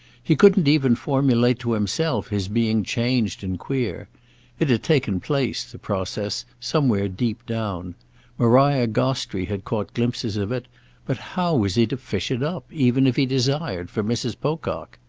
he couldn't even formulate to himself his being changed and queer it had taken place, the process, somewhere deep down maria gostrey had caught glimpses of it but how was he to fish it up, even if he desired, for mrs. pocock?